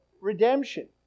redemption